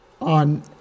on